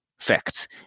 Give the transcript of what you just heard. facts